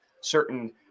certain